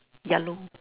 yellow